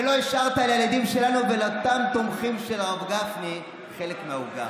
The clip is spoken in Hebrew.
ולא השארת לילדים שלנו ולאותם תומכים של הרב גפני חלק מהעוגה.